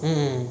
mmhmm